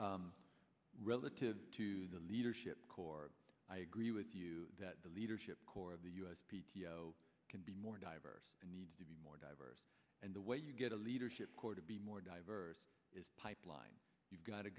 relative to the leadership corps i agree with you that the leadership core of the u s can be more diverse and needs to be more diverse and the way you get a leadership corps to be more diverse is pipeline you've got to